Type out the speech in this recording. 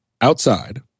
outside